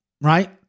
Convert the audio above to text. right